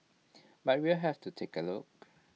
but we'll have to take A look